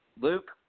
Luke